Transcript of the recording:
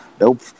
nope